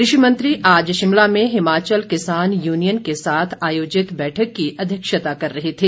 कृषि मंत्री आज शिमला में हिमाचल किसान यूनियन के साथ आयोजित बैठक की अध्यक्षता कर रहे थे